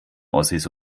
ossis